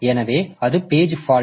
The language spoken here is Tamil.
எனவே அது பேஜ் பால்ட்